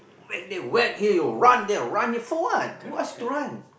wreck there wreck here run there run for what what to run